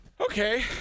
Okay